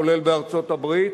כולל בארצות-הברית,